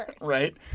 right